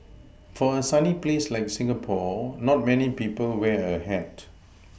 for a sunny place like Singapore not many people wear a hat